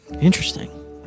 Interesting